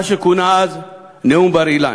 מה שכונה אז נאום בר-אילן,